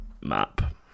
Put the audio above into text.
map